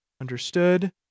understood